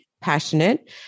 passionate